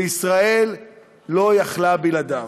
וישראל לא יכלה בלעדיו.